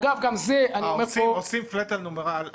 אגב, גם זה --- עושים פלאט על אולי?